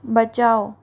बचाओ